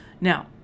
Now